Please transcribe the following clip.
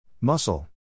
Muscle